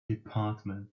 department